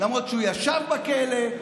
למרות שהוא ישב בכלא,